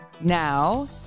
Now